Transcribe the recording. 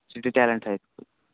city talent high school